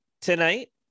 tonight